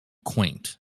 quaint